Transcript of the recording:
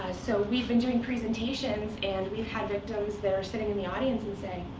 so we've been doing presentations, and we've had victims that are sitting in the audience and saying,